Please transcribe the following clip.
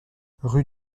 rue